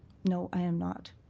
no, i am not.